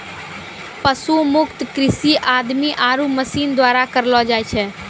पशु मुक्त कृषि आदमी आरो मशीन द्वारा करलो जाय छै